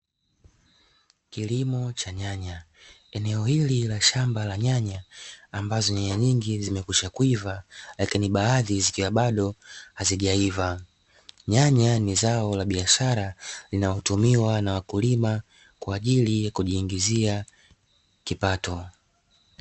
Kilimo cha nyanya, eneo hili la shamba la nyanya ambazo nyanya nyingi zimekwisha kuiva lakini baadhi zikiwa bado hazijaiva; nyanya ni zao la biashara linalotumiwa na wakulima kwa ajili ya kujiingizia kipato.